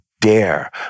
dare